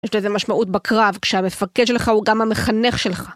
יש לזה משמעות בקרב, כשהמפקד שלך הוא גם המחנך שלך.